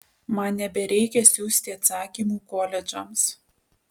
man nebereikia siųsti atsakymų koledžams